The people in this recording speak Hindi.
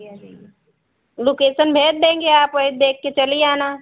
लुकेसन भेज देंगे आप वही देख के चली आना